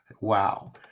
Wow